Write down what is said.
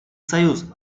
союз